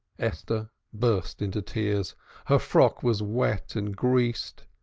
esther burst into tears her frock was wet and greased,